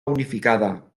unificada